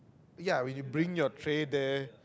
ya when you bring your tray there